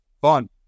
fun